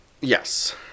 yes